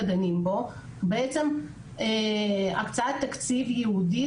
דנים בו הם באמצעות הקצאת תקציב ייעודי,